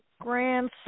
grandson